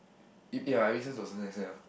it ya it makes sense to a certain extent ah